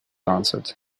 answered